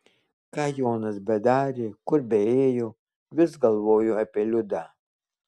ką jonas bedarė kur beėjo vis galvojo apie liudą